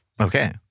Okay